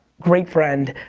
great friend,